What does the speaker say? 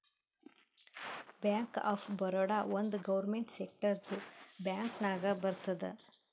bank of Baroda ಒಂದ್ government ಸೆಕ್ಟರ್ದು bank ನಾಗ್ ಬರ್ತುದ್